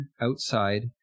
outside